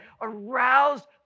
Aroused